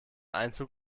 einzug